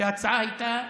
שההצעה הייתה מזמן.